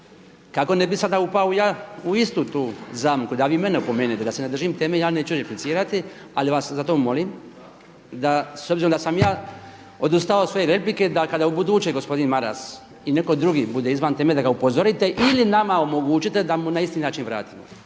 Kako ne bi sada upao u istu tu zamku da vi mene opomenete da se ne držim teme ja neću replicirati, ali vas zato molim da s obzirom da sam ja odustao od svoje replike, da kada u buduće gospodin Maras i netko drugi bude izvan teme da ga upozorite ili nama omogućite da mu na isti način vratimo.